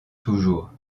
toujours